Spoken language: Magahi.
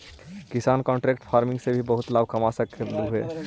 किसान कॉन्ट्रैक्ट फार्मिंग से भी बहुत लाभ कमा सकलहुं हे